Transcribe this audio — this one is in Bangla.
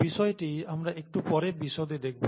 বিষয়টি আমরা একটু পরে বিশদে দেখব